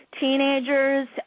teenagers